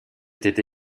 était